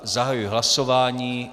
Zahajuji hlasování.